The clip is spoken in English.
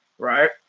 Right